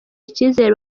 icyizere